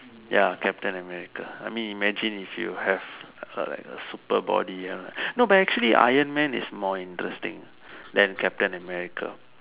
ya captain-America I mean imagine if you have a like a super body no but actually Iron-man is more interesting than captain-America